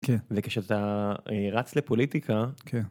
כן וכשאתה רץ לפוליטיקה, כן.